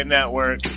Network